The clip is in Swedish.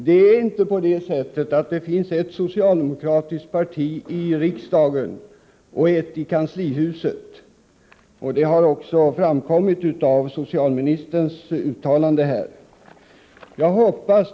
Det är inte på det sättet att det finns ett socialdemokratiskt parti i riksdagen och ett i kanslihuset — och det har även framgått av socialministerns uttalande här.